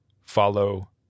Follow